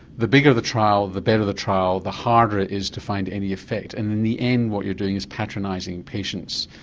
the bigger the trial, the better the trial, the harder it is to find any effect', and in the end what you're doing is patronising patients,